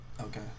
Okay